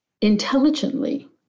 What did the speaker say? intelligently